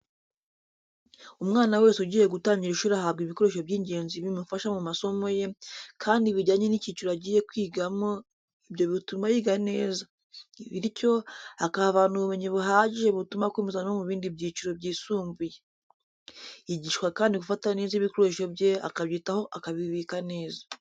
Umwana wese ugiye gutangira ishuri ahabwa ibikoresho by'ingenzi bimufasha mu masomo ye, kandi bijyanye n'icyiciro agiye kwigamo ibyo bituma yiga neza, bityo akahavana ubumenyi buhagije butuma akomeza no mu bindi byiciro byisumbuye. Yigishwa kandi gufata neza ibikoresho bye akabyitaho akabibika neza.